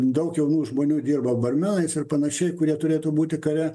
daug jaunų žmonių dirba barmenais ir panašiai kurie turėtų būti kare